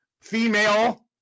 female